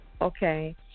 Okay